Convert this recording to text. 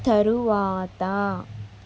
తరువాత